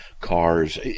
cars